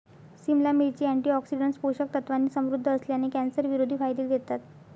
सिमला मिरची, अँटीऑक्सिडंट्स, पोषक तत्वांनी समृद्ध असल्याने, कॅन्सरविरोधी फायदे देतात